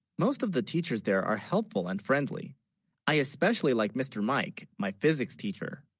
most of the teachers there are helpful and friendly i especially like mr. mike my physics teacher